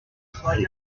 ses